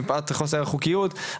מפאת חוסר החוקיות,